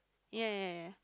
ya ya ya ya